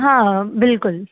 હા બિલકુલ